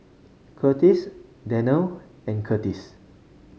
Kurtis Danelle and Kurtis